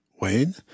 Wayne